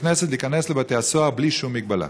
הכנסת להיכנס לבתי-הסוהר בלי שום מגבלה.